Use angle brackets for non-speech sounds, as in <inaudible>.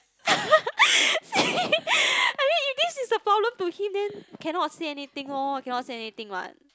<laughs> I mean if this is a problem to him then cannot say anything loh cannot say anything what